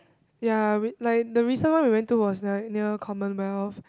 ya we like the recent one we went to was like near Commonwealth